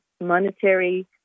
monetary